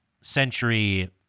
century